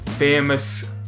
Famous